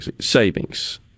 savings